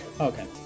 Okay